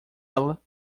ela